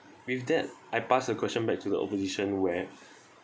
with that I pass a question back to the opposition where